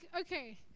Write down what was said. okay